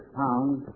pounds